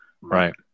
Right